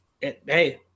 Hey